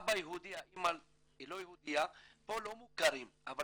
פה לא מוכרים אבל